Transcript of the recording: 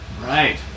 Right